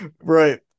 Right